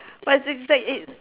but it's it's like it's